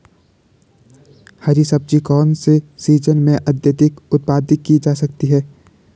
हरी सब्जी कौन से सीजन में अत्यधिक उत्पादित की जा सकती है?